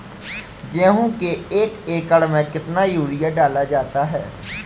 गेहूँ के एक एकड़ में कितना यूरिया डाला जाता है?